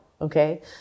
okay